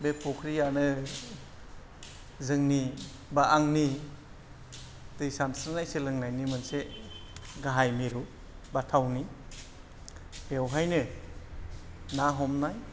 बे फुख्रिआनो जोंनि बा आंनि दै सानस्रिनाय सोलोंनायनि मोनसे गाहाय मिरु बा थावनि बेवहायनो ना हमनाय